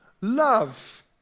Love